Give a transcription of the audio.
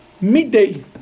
Midday